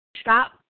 stop